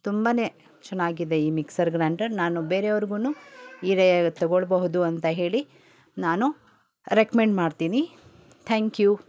ತುಂಬ ಚೆನ್ನಾಗಿದೆ ಈ ಮಿಕ್ಸರ್ ಗ್ರೈಂಡರ್ ನಾನು ಬೇರೆಯವ್ರಿಗು ಇರೇ ತಗೊಳ್ಬಹುದು ಅಂತ ಹೇಳಿ ನಾನು ರೆಕ್ಮೆಂಡ್ ಮಾಡ್ತೀನಿ ಥ್ಯಾಂಕ್ ಯು